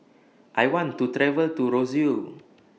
I want to travel to Roseau